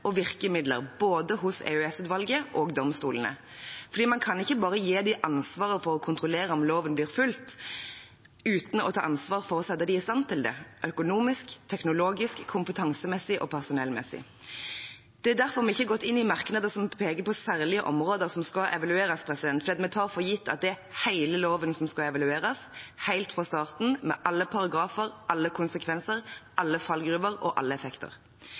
og virkemidler hos både EOS-utvalget og domstolene. Man kan ikke bare gi dem ansvaret for å kontrollere om loven blir fulgt, uten å ta ansvar for å sette dem i stand til det, økonomisk, teknologisk, kompetansemessig og personellmessig. Det er derfor vi ikke har gått inn i merknader som peker på særlige områder som skal evalueres, fordi vi tar for gitt at det er hele loven som skal evalueres, helt fra starten, med alle paragrafer, alle konsekvenser, alle fallgruver og alle effekter.